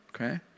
Okay